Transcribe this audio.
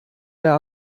der